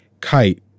kite